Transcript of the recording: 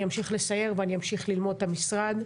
אני אמשיך לסייר ואמשיך ללמוד את המשרד.